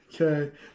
Okay